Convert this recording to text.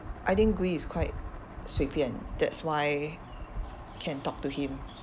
I think gwee is quite 随便 that's why can talk to him